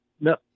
No